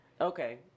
Okay